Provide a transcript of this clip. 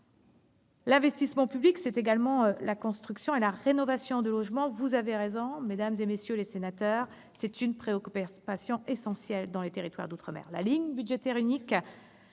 L'investissement public, c'est également la construction et la rénovation de logements. Vous avez raison, mesdames, messieurs les sénateurs, il s'agit d'une préoccupation essentielle dans les territoires d'outre-mer. La ligne budgétaire unique